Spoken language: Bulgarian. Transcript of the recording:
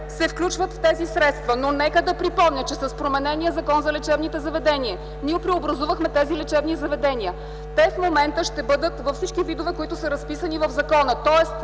се включват в тези средства. Нека да припомня, че с променения Закон за лечебните заведения ние преобразувахме тези лечебни заведения. В момента те ще бъдат във всички видове, разписани в закона,